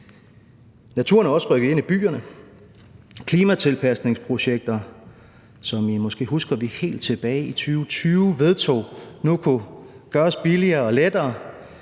Naturen er også rykket ind i byerne. Klimatilpasningsprojekter, som I måske husker at vi helt tilbage i 2020 vedtog nu kunne gøres billigere og lettere,